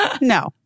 No